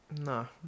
No